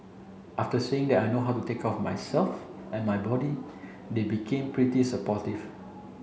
after seeing that I know how to take care of myself and my body they've become pretty supportive